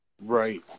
Right